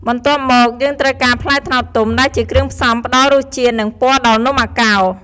បន្ទាប់មក យើងត្រូវការ ផ្លែត្នោតទុំ ដែលជាគ្រឿងផ្សំផ្ដល់រសជាតិ និងពណ៌ដល់នំអាកោរ។